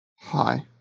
Hi